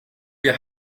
wir